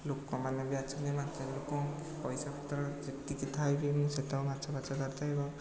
ଲୋକମାନେ ବି ଆସନ୍ତି ମାଛ ପାଖକୁ ପଇସାପତର ଯେତିକି ଥାଏ ବି ମୁଁ ସେତିକି ମାଛଫାଛ ଧରିଥାଏ ଏବଂ